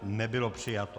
Nebylo přijato.